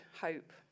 hope